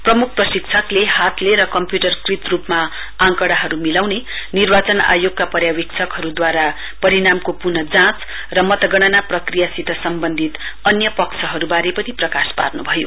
प्रमुख प्रशिक्षकले हातले र कम्प्यूटर व्रत रूपमा आकंडाहरू मिलाउने निर्वाचन आयोगका पर्यविक्षकद्वारा परिणामको पुनः जाँच र मतगणना प्रक्रियासित सम्बन्धित अन्य पक्षहरूबारे पनि प्रकाश पार्नुभयो